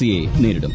C യെ നേരിടും